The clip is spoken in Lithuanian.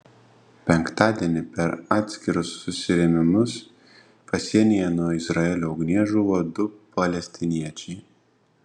penktadienį per atskirus susirėmimus pasienyje nuo izraelio ugnies žuvo du palestiniečiai